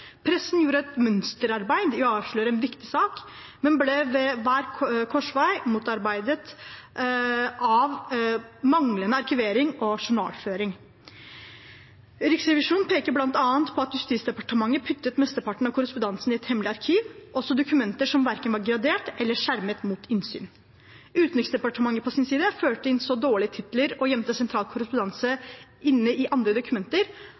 Pressen gjorde et mønsterarbeid i å avdekke en viktig sak, men ble ved hver korsvei motarbeidet av manglende arkivering og journalføring. Riksrevisjonen peker bl.a. på at Justisdepartementet la mesteparten av korrespondansen i et hemmelig arkiv, også dokumenter som verken var gradert eller skjermet for innsyn. Utenriksdepartementet på sin side førte inn dårlige titler og gjemte sentral korrespondanse inne i andre dokumenter,